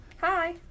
hi